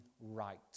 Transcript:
right